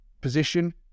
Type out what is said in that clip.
position